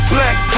Black